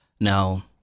Now